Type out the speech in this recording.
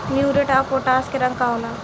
Muriate of potash के रंग का होला?